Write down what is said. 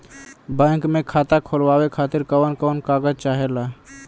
Bank मे खाता खोलवावे खातिर कवन कवन कागज चाहेला?